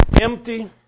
empty